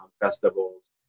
festivals